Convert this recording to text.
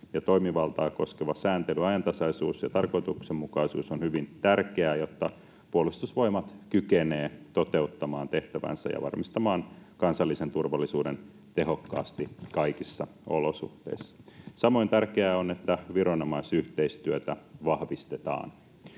ja toimivaltaa koskevan sääntelyn ajantasaisuus ja tarkoituksenmukaisuus on hyvin tärkeää, jotta Puolustusvoimat kykenee toteuttamaan tehtävänsä ja varmistamaan kansallisen turvallisuuden tehokkaasti kaikissa olosuhteissa. Samoin tärkeää on, että viranomaisyhteistyötä vahvistetaan.